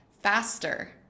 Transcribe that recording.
faster